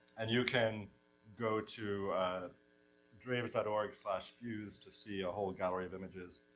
and you can go to draves dot org slash fuse to see a whole gallery of images.